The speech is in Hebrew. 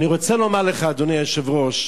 אני רוצה לומר לך, אדוני היושב-ראש,